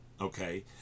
Okay